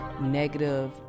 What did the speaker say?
negative